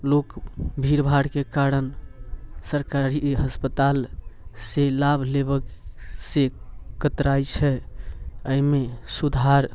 लोक भीड़ भाड़के कारण सरकारी अस्पतालसँ लाभ लेबऽसँ कतराइ छै अइमे सुधार